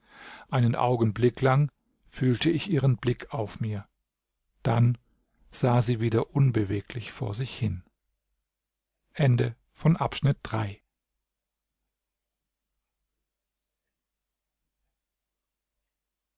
einen augenblick lang fühlte ich ihren blick auf mir dann sah sie wieder unbeweglich vor sich hin